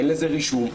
אין לזה רישום.